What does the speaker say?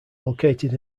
located